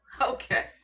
okay